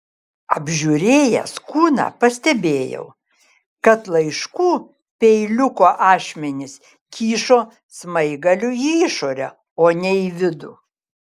apžiūrėjęs kūną pastebėjau kad laiškų peiliuko ašmenys kyšo smaigaliu į išorę o ne į vidų